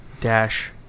Dash